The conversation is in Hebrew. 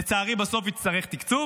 לצערי בסוף יצטרך תקצוב,